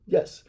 Yes